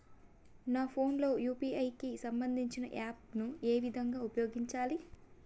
నా ఫోన్ లో యూ.పీ.ఐ కి సంబందించిన యాప్ ను ఏ విధంగా ఉపయోగించాలి?